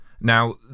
Now